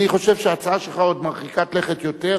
אני חושב שההצעה שלך עוד יותר מרחיקת לכת,